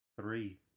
three